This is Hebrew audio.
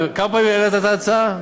כמה פעמים העלית את ההצעה?